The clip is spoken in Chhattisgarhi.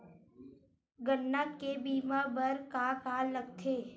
गन्ना के बीमा बर का का लगथे?